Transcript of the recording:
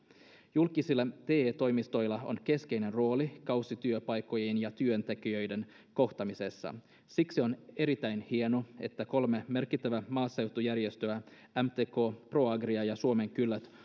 julkisilla te toimistoilla on keskeinen rooli kausityöpaikkojen ja työntekijöiden kohtaamisessa siksi on erittäin hienoa että kolme merkittävää maaseutujärjestöä mtk proagria ja suomen kylät